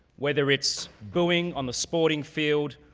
whether it's booing on the sporting field,